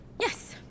Yes